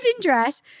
dress